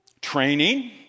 Training